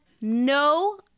no